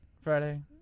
Friday